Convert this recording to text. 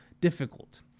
difficult